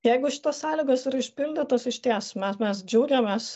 jeigu šitos sąlygos yra išpildytos išties mes mes džiaugiamės